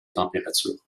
température